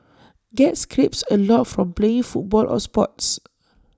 get scrapes A lot from playing football or sports